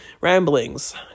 ramblings